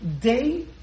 day